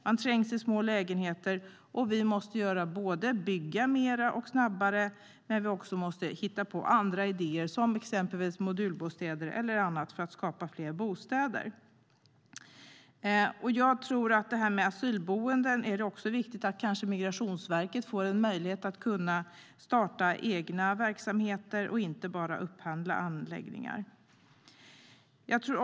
Man trängs i små lägenheter, och vi måste göra mer för att bygga mer och snabbare, men vi måste också hitta andra idéer som exempelvis modulbostäder eller annat för att skapa fler bostäder. Jag tycker att det är viktigt att Migrationsverket får en möjlighet att starta egna verksamheter och inte bara upphandla asylanläggningar.